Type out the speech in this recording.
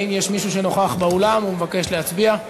האם יש מישהו שנוכח באולם ומבקש להצביע?